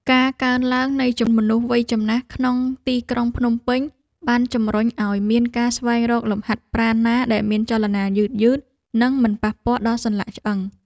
ការកើនឡើងនៃចំនួនមនុស្សវ័យចំណាស់ក្នុងទីក្រុងភ្នំពេញ បានជំរុញឱ្យមានការស្វែងរកលំហាត់ប្រាណណាដែលមានចលនាយឺតៗ និងមិនប៉ះពាល់ដល់សន្លាក់ឆ្អឹង។